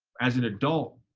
as an adult,